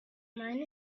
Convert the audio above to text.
mine